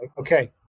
Okay